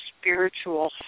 spiritual